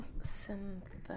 Synthetic